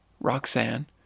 Roxanne